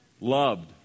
Loved